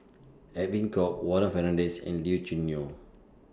Edwin Koek Warren Fernandez and Lee Choo Neo